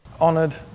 Honoured